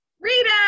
Rita